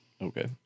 Okay